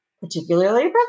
particularly